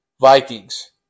Vikings